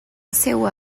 seua